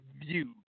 view